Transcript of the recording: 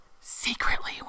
secretly